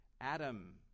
Adam